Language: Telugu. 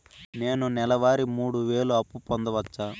నేను నెల వారి మూడు వేలు అప్పు పొందవచ్చా?